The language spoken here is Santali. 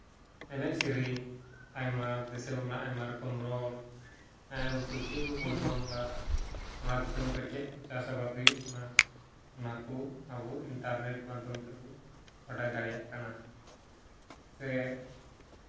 ᱮᱱᱮᱡᱼᱥᱮᱨᱮᱧ ᱟᱭᱢᱟ ᱫᱤᱥᱚᱢ ᱨᱮᱱᱟᱜ ᱟᱭᱢᱟ ᱨᱚᱠᱚᱢ ᱨᱚᱲ ᱦᱮᱸ ᱩᱱᱠᱩ ᱪᱮᱫ ᱠᱚᱠᱚ ᱡᱚᱢ ᱮᱫᱟ ᱚᱱᱟ ᱫᱤᱥᱚᱢ ᱨᱮ ᱪᱮᱫ ᱠᱚ ᱪᱟᱥᱼᱟᱵᱟᱫ ᱦᱩᱭᱩᱜ ᱠᱟᱱᱟ ᱚᱱᱟᱠᱚ ᱟᱵᱚ ᱤᱱᱴᱟᱨᱱᱮᱹᱴ ᱢᱟᱫᱽᱫᱷᱚᱢ ᱛᱮᱵᱚ ᱵᱟᱰᱟᱭ ᱫᱟᱲᱮᱭᱟᱜ ᱠᱟᱱᱟ ᱥᱮ